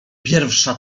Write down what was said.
pierwsza